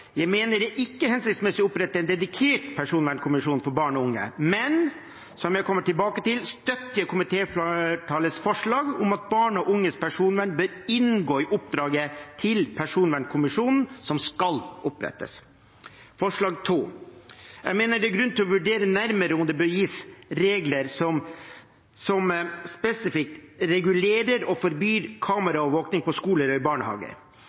Jeg mener det ikke er hensiktsmessig å opprette en dedikert personvernkommisjon for barn og unge, men som jeg kommer tilbake til, støtter jeg komitéflertallets forslag til vedtak om at barn og unges personvern bør inngå i oppdraget til personvernkommisjonen som skal opprettes. Forslag nr. 2: Jeg mener det er grunn til å vurdere nærmere om det bør gis regler som spesifikt regulerer og forbyr kameraovervåkning på skoler og i barnehager.